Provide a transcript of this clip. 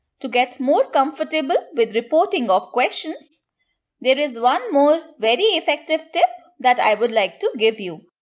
to get more comfortable with reporting of questions there is one more very effective tip that i would like to give you.